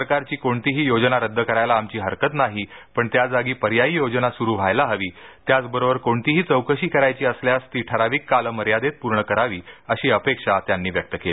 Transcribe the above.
सरकारची कोणतीही योजना रद्द करायला आमची हरकत नाही पण त्याजागी पर्यायी योजना सुरु व्हायला हवी त्याचबरोबर कोणतीही चौकशी करायची असल्यास ती ठराविक कालमर्यादेत पूर्ण करावी अशी अपेक्षा पाटील यांनी व्यक्त केली